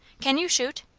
can you shoot?